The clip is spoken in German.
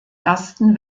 ersten